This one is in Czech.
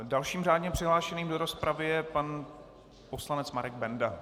Dalším řádně přihlášeným do rozpravy je pan poslanec Marek Benda.